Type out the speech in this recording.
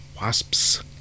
wasps